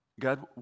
God